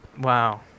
Wow